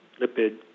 lipid